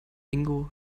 ingo